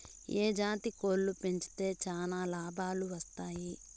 ఏ జాతి కోళ్లు పెంచితే చానా లాభాలు వస్తాయి?